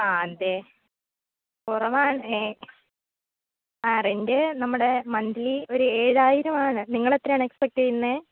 ആ അതെ കുറവാണേ ആ റെന്റ് നമ്മുടെ മന്ത്ലി ഒരു ഏഴായിരം ആണ് നിങ്ങൾ എത്രയാണ് എക്സ്പെക്റ്റ് ചെയ്യുന്നത്